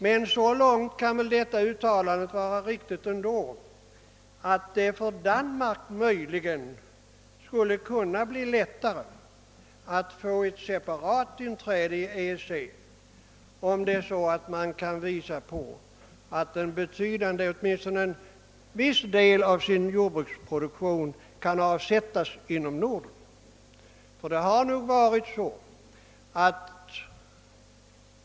Men så långt kan väl detta uttalande ändå vara riktigt, att det för Danmark möjligen skulle kunna bli lättare att få ett separat inträde i EEC, om man kan visa på att åtminstone en viss del av landets jordbruksproduktion kan avsättas inom Norden.